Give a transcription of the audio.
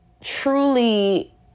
truly